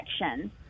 section